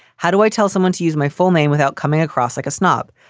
how do i tell someone to use my full name without coming across like a snob?